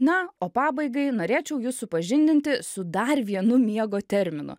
na o pabaigai norėčiau jus supažindinti su dar vienu miego terminu